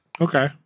Okay